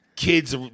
kids